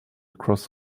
across